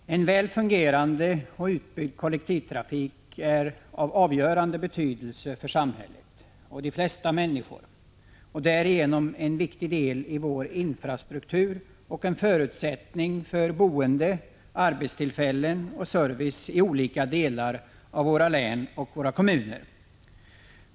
Herr talman! En väl fungerande och utbyggd kollektivtrafik är av avgörande betydelse för samhället och de flesta människor och därigenom en viktig del i vår infrastruktur och en förutsättning för boende, arbetstillfällen och service i olika delar av våra län och kommuner.